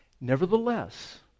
Nevertheless